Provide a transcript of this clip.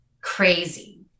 crazy